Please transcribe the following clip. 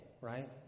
right